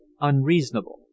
unreasonable